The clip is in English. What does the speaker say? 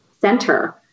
center